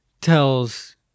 tells